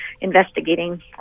investigating